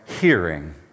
hearing